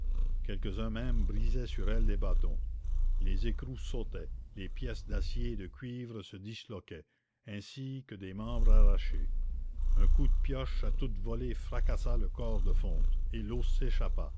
quelques-uns même brisaient sur elle des bâtons les écrous sautaient les pièces d'acier et de cuivre se disloquaient ainsi que des membres arrachés un coup de pioche à toute volée fracassa le corps de fonte et l'eau s'échappa